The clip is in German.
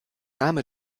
name